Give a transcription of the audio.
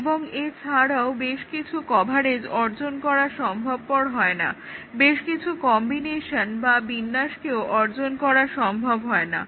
এবং এছাড়াও বেশকিছু কভারেজ অর্জন করা সম্ভবপর হয় না বেশকিছু কম্বিনেশন বা বিন্যাসকেও অর্জন করা সম্ভব হয় না